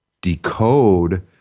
decode